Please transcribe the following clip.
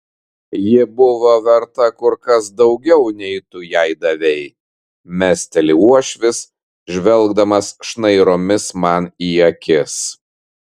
ji buvo verta kur kas daugiau nei tu jai davei mesteli uošvis žvelgdamas šnairomis man į akis